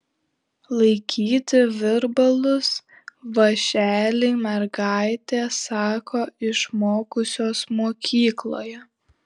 laikyti virbalus vąšelį mergaitės sako išmokusios mokykloje